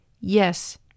Yes